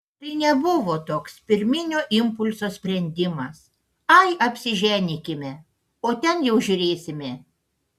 tai nebuvo toks pirminio impulso sprendimas ai apsiženykime o ten jau žiūrėsime